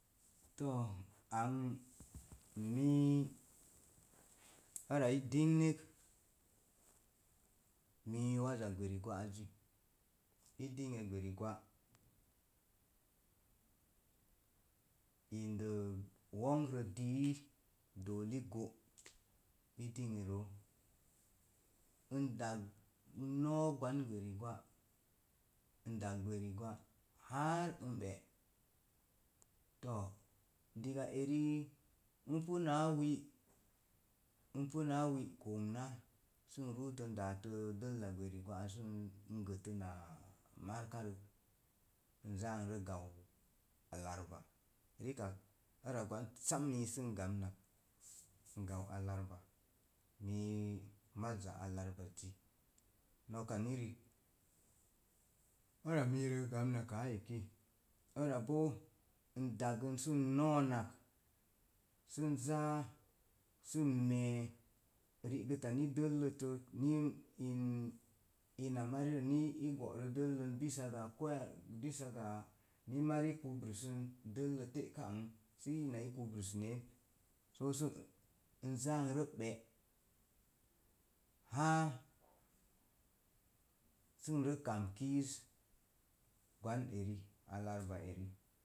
To̱o̱ ang mii ara i dignek mii waza gweri gwa'azzi, i dinŋe gweri gwa indo wo̱nkrə dii dooli go’ i dinŋe roo. n dag n no̱o̱ gwan gweri-gwa haa n be̱ to̱o̱ diga eri npu wi komna sə n ruuto n n daate̱ dəllə gweri gwa'al sə n gətəna markarə. n zaa nrə gan alarba rikak ara gwan mii sam sə n gamnak n gau alarba mii maza alarbazzi, noka ni riik ara mirə n gamnak āā eki ara boo, n dagən sə n nōōnak sə n zaa sə n mee rigəta ni dəllətte ni n ina marirə ni i go'ro dəllən bisa ga koyar bisa ga ni mai ni i kabrusən, dəllə te'kaa n so ina i kubru sənen sosu n zaa n rə be̱’ haa sə n rə kam kiiz gwan eri alarba eri.